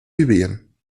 libyen